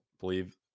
believe